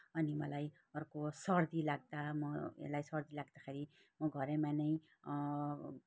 अनि मलाई अर्को सर्दी लाग्दा म यसलाई सर्दी लाग्दाखेरि म घरैमा नै